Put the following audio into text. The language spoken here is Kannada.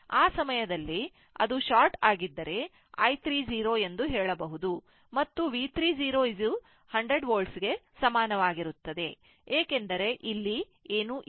ಆ ಸಮಯದಲ್ಲಿ ಅದು ಶಾರ್ಟ್ ಆಗಿದ್ದರೆ i30 ಎಂದು ಹೇಳಬಹುದು ಮತ್ತು V 3 0 100 volt ಗೆ ಸಮಾನವಾಗಿರುತ್ತದೆ ಏಕೆಂದರೆ ಇಲ್ಲಿ ಏನೂ ಇಲ್ಲ